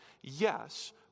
Yes